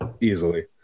easily